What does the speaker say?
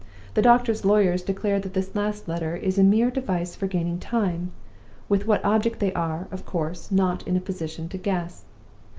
the doctor's lawyers declare that this last letter is a mere device for gaining time with what object they are, of course, not in a position to guess.